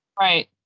Right